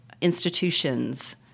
institutions